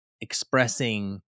expressing